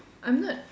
I'm not